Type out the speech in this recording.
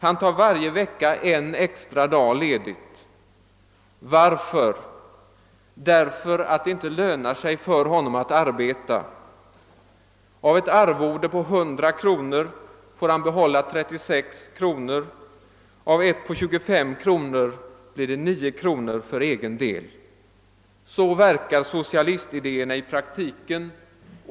Han tar varje vecka en extra dag ledigt. Varför? Därför att det inte lönar sig för honom att arbeta. Av ett arvode på 100 kronor får han behålla 36 kronor, av ett på 25 kronor blir det 9 kronor för egen del... Så verkar socialistidéerna i praktiken.